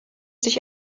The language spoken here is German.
sich